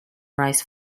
rice